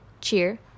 cheer